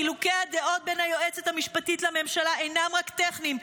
חילוקי הדעות בין היועצת המשפטית לממשלה אינם רק טכניים,